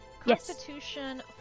Constitution